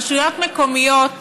לרשויות מקומיות